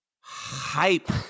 hype